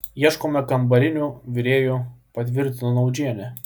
ieškome kambarinių virėjų patvirtino naudžienė